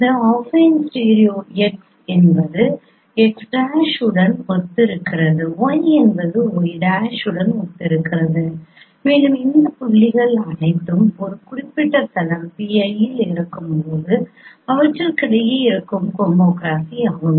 இந்த affine stereo x என்பது x' உடன் ஒத்திருக்கிறது y என்பது y' உடன் ஒத்திருக்கிறது மேலும் இந்த புள்ளிகள் அனைத்தும் ஒரு குறிப்பிட்ட தளம் pi இல் இருக்கும்போது அவற்றுக்கிடையே இருக்கும் ஹோமோகிராஃபி ஆகும்